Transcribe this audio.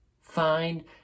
Find